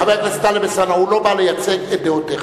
חבר הכנסת טלב אלסאנע, הוא לא בא לייצג את דעותיך.